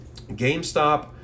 GameStop